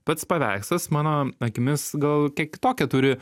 pats paveikslas mano akimis gal kiek kitokią turi